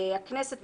הכנסת,